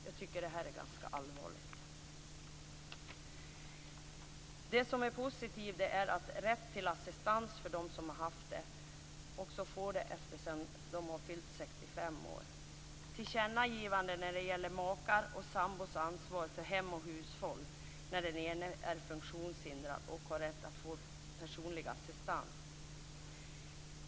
Jag tycker att detta är ganska allvarligt. Det som är positivt är att de som har haft rätt till assistans också får det efter det att de har fyllt 65 år. Det gäller också tillkännangivandet vad beträffar makar och sambors ansvar för hem och hushåll när den ene är funktionshindrad och har rätt att få personlig assistans.